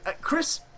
Chris